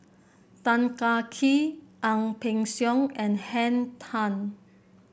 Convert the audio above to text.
Tan Kah Kee Ang Peng Siong and Henn Tan